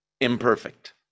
imperfect